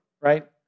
right